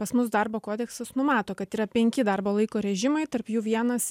pas mus darbo kodeksas numato kad yra penki darbo laiko režimai tarp jų vienas